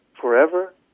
forever